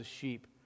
sheep